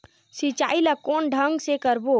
सिंचाई ल कोन ढंग से करबो?